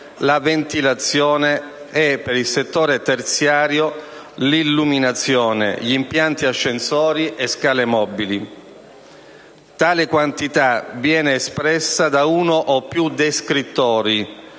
la ventilazione e, per il settore terziario, l'illuminazione, gli impianti ascensori e scale mobili. Tale quantità viene espressa da uno o più descrittori